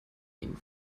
ihnen